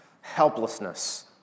helplessness